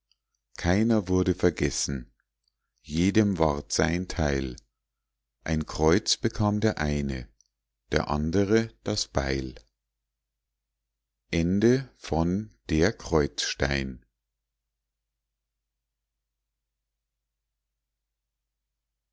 keiner wurde vergessen jedem ward sein teil ein kreuz bekam der eine der andere das beil